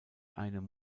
einem